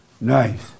Nice